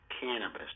cannabis